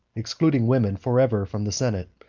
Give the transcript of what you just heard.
excluding women forever from the senate,